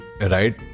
right